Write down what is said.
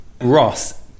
Ross